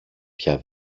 πια